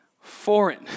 foreign